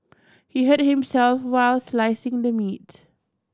he hurt himself while slicing the meat